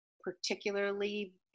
particularly